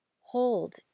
Hold